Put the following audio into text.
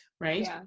right